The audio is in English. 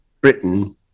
Britain